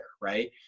right